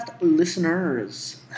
listeners